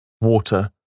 water